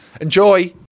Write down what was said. Enjoy